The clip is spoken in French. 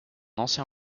ancien